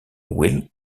will